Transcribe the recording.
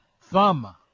Thumb